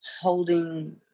holding